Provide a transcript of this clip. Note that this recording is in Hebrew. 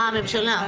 אה, הממשלה.